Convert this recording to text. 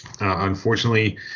Unfortunately